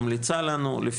ממליצה לנו,